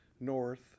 north